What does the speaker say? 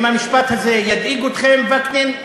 אם המשפט הזה ידאיג אתכם, וקנין,